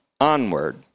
onward